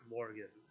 Morgan